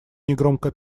негромко